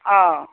অঁ